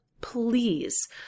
please